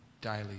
daily